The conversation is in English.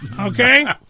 Okay